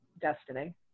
destiny